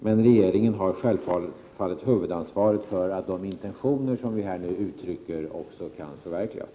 Men regeringen har självfallet huvudansvaret för att de intentioner som vi här uttrycker också kan förverkligas.